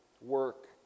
work